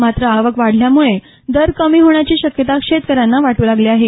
मात्र आवक वाढल्यामुळे दर कमी होण्याची शक्यता शेतकऱ्यांना वाटू लागली आहे